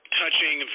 touching